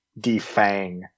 defang